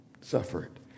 suffered